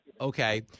Okay